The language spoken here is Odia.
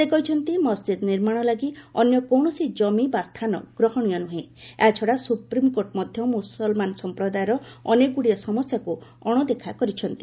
ସେ କହିଛନ୍ତି ମସ୍ଜିଦ୍ ନିର୍ମାଣ ଲାଗି ଅନ୍ୟ କୌଣସି କମି ବା ସ୍ଥାନ ଗ୍ରହଣୀୟ ନୁହେଁ ଏହାଛଡା ସୁପ୍ରିମକୋର୍ଟ ମଧ୍ୟ ମୁସଲମାନ ସମ୍ପ୍ରଦାୟର ଅନେକ ଗୁଡ଼ିଏ ସମସ୍ୟାକୁ ଅଣଦେଖା କରିଛନ୍ତି